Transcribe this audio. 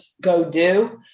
go-do